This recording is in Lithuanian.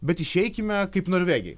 bet išeikime kaip norvegai